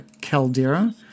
Caldera